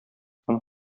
һәм